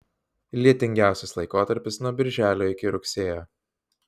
lietingiausias laikotarpis nuo birželio iki rugsėjo